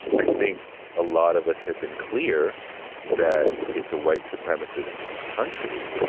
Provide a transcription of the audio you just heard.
i think a lot of us have been clear that it's a white supremacist country.